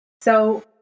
So-